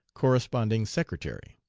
corresponding secretary.